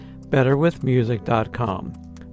betterwithmusic.com